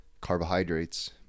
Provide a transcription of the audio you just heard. carbohydrates